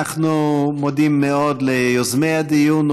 אנחנו מודים מאוד ליוזמי הדיון,